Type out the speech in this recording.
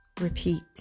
repeat